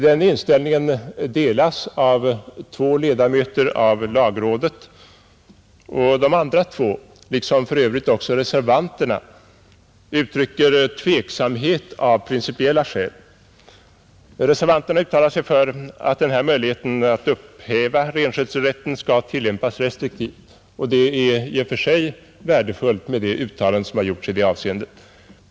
Den uppfattningen delas av två ledamöter av lagrådet. De andra två, liksom för övrigt också reservanterna i utskottet, uttrycker av principiella skäl tveksamhet. Reservanterna uttalar sig för att denna möjlighet att upphäva renskötselrätten skall tillämpas restriktivt, och det är i och för sig värdefullt med det uttalande som där har gjorts.